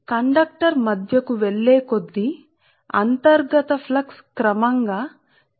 ఒక conductor current ని తీసుకొనివెళ్లు కండక్టర్ యొక్క ఇండక్టెన్స్ ను నిర్ణయించడానికి మనం ఈ రెండు ఫ్లక్స్ లను పరిగణించాలి